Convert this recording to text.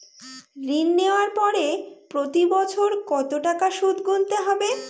ঋণ নেওয়ার পরে প্রতি বছর কত টাকা সুদ গুনতে হবে?